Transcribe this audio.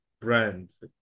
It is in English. brands